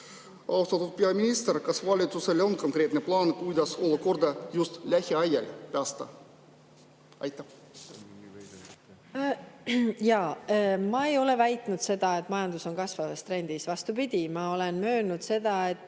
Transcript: Ma ei ole väitnud seda, et majandus on kasvutrendis. Vastupidi, ma olen möönnud seda, et